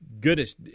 goodness